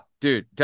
dude